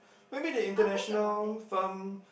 maybe the international firm